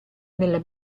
nella